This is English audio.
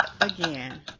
Again